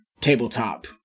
tabletop